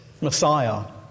Messiah